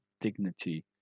dignity